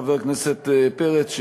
חבר הכנסת פרץ,